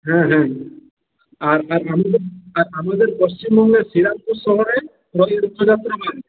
হ্যাঁ হ্যাঁ আর আমদের আর আমাদের পশ্চিমবঙ্গের শ্রীরামপুর শহরের রথযাত্রা হয়